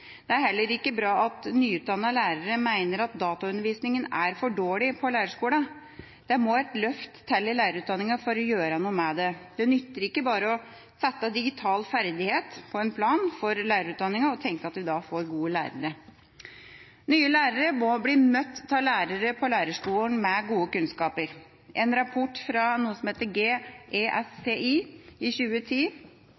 Det er heller ikke bra at nyutdannede lærere mener at dataundervisninga er for dårlig på lærerskolene. Det må et løft til i lærerutdanninga for å gjøre noe med det. Det nytter ikke bare å sette digital ferdighet på en plan for lærerutdanninga og tenke at vi da får gode lærere. Nye lærere må bli møtt på lærerskolen av lærere med gode kunnskaper. En rapport fra